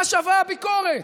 מה שווה הביקורת?